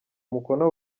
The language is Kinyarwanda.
mukino